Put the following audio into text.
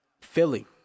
Philly